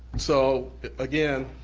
so again,